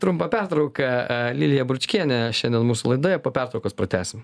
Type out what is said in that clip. trumpą pertrauką lilija bručkienė šiandien mūsų laidoje po pertraukos pratęsim